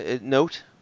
note